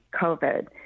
COVID